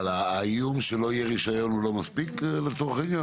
האיום שלא יהיה רישיון לא מספיק לצורך העניין?